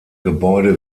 gebäude